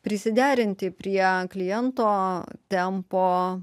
prisiderinti prie kliento tempo